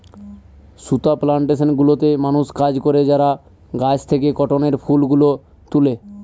সুতা প্লানটেশন গুলোতে মানুষ কাজ করে যারা গাছ থেকে কটনের ফুল গুলো তুলে